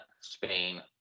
Spain